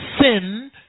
sin